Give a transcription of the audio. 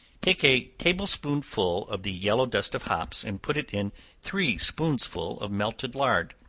take a table-spoonful of the yellow dust of hops, and put it in three spoonsful of melted lard,